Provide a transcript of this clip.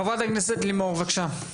חברת הכנסת לימור בבקשה.